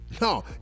No